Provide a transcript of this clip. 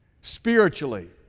spiritually